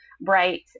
bright